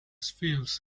feels